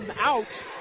out